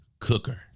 Cooker